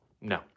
No